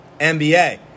NBA